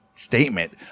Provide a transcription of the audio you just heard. statement